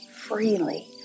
freely